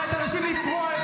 סיכנת את החיילים,